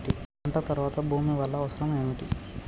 పంట తర్వాత భూమి వల్ల అవసరం ఏమిటి?